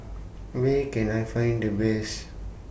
Where Can I Find The Best